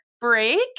break